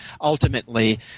ultimately